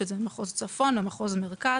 יש את זה במחוז צפון, במחוז מרכז.